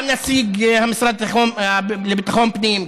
גם נציג המשרד לביטחון הפנים,